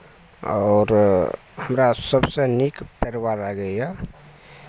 आओर हमरा सभसँ नीक परबा लागैए